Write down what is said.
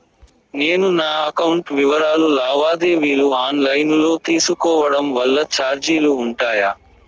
నేను నా అకౌంట్ వివరాలు లావాదేవీలు ఆన్ లైను లో తీసుకోవడం వల్ల చార్జీలు ఉంటాయా?